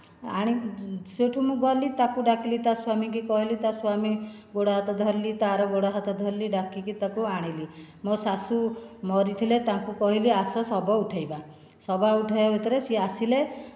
ଆଣେ ସେହିଠୁ ମୁଁ ଗଲି ତାକୁ ଡାକିଲି ତା ସ୍ୱାମୀ କୁ କହିଲି ତା ସ୍ୱାମୀ ଗୋଡ଼ ହାତ ଧରିଲି ତା'ର ଗୋଡ଼ ହାତ ଧରିଲି ଡାକିକି ତାକୁ ଆଣିଲି ମୋ ଶାଶୁ ମରିଥିଲେ ତାଙ୍କୁ କହିଲି ଆସ ଶବ ଉଠାଇବା ଶବ ଉଠାଇବା ଭିତରେ ସେ ଆସିଲେ